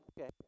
okay